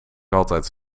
altijd